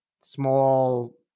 small